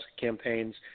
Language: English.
campaigns